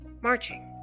marching